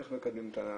איך מקדמים את הנושאים.